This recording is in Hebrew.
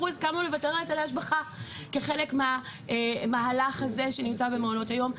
אנחנו הסכמנו לוותר על היטלי השבחה כחלק מהמהלך הזה שנמצא במעונות היום.